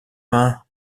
main